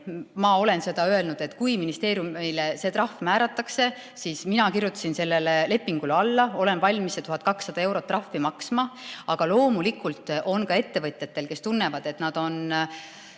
Ma olen öelnud, et kui ministeeriumile see trahv määratakse, siis mina kirjutasin sellele lepingule alla ja olen valmis 1200 eurot trahvi maksma. Aga loomulikult on ettevõtjatel, kes tunnevad, et neile on